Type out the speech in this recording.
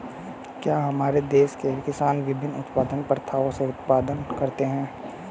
क्या हमारे देश के किसान विभिन्न उत्पादन प्रथाओ से उत्पादन करते हैं?